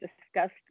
discussed